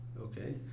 okay